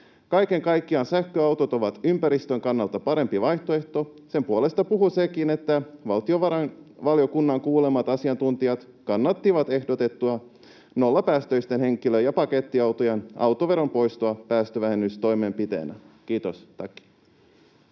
Kaiken kaikkiaan sähköautot ovat ympäristön kannalta parempi vaihtoehto. Sen puolesta puhuu sekin, että valtiovarainvaliokunnan kuulemat asiantuntijat kannattivat ehdotettua nollapäästöisten henkilö- ja pakettiautojen autoveron poistoa päästövähennystoimenpiteenä. — Kiitos,